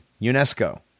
UNESCO